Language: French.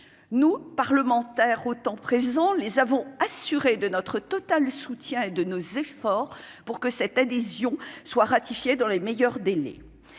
nos parlementaires autant présent les avons assuré de notre total soutien et de nos efforts pour que cette adhésion soit ratifié dans les meilleurs délais